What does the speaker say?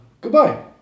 Goodbye